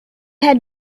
had